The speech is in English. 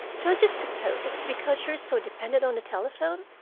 don't you suppose it's because you're so dependent on the telephone?